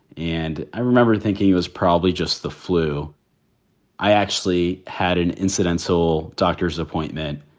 and i remember thinking he was probably just the flu i actually had an incidental doctor's appointment.